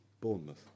Bournemouth